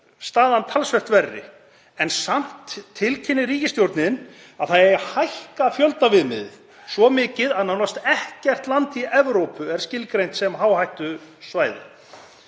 staðan talsvert verri, en samt tilkynnir ríkisstjórnin að hækka eigi fjöldaviðmiðið, svo mikið að nánast ekkert land í Evrópu er skilgreint sem hááhættusvæði.